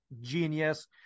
genius